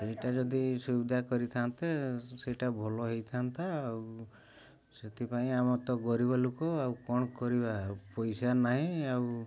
ସେଇଟା ଯଦି ସୁବିଧା କରିଥାନ୍ତେ ସେଇଟା ଭଲ ହେଇଥାନ୍ତା ଆଉ ସେଥିପାଇଁ ଆମର ତ ଗରିବ ଲୋକ ଆଉ କ'ଣ କରିବା ପଇସା ନାହିଁ ଆଉ